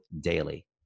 daily